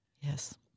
Yes